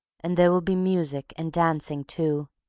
and there will be music and dancing too,